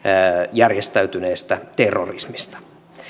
järjestäytyneestä terrorismista